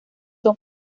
son